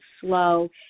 slow